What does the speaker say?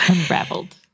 Unraveled